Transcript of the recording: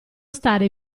stare